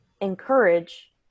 encourage